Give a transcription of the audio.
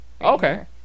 Okay